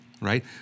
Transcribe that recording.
right